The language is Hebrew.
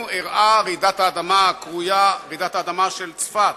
רעידת האדמה הקרויה רעידת האדמה של צפת.